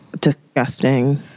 disgusting